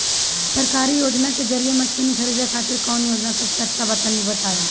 सरकारी योजना के जरिए मशीन खरीदे खातिर कौन योजना सबसे अच्छा बा तनि बताई?